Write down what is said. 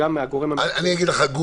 שגם מהגורם --- גור,